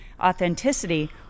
authenticity